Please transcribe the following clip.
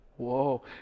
Whoa